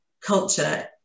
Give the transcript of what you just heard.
culture